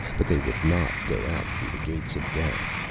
but they would not go out through the gates of death.